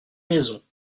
maisons